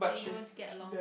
they don't get along with